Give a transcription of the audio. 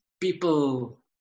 people